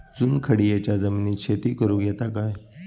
चुनखडीयेच्या जमिनीत शेती करुक येता काय?